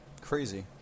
Crazy